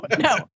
No